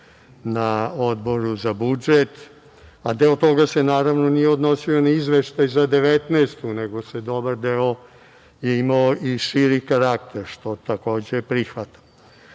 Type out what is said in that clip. na Odboru za budžet, a deo toga se naravno nije odnosio na izveštaj na 2019. godinu nego se dobar deo imao i širi karakter, što takođe prihvatam. Glavno